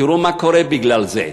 תראו מה קורה בגלל זה.